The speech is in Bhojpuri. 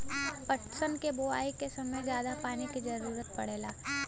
पटसन क बोआई के समय जादा पानी क जरूरत पड़ेला